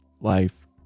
life